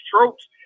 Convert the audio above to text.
tropes